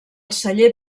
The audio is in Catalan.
celler